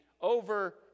over